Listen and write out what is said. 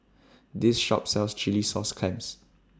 This Shop sells Chilli Sauce Clams